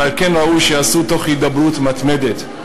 ועל כן ראוי שייעשו תוך הידברות מתמדת.